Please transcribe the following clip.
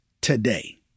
today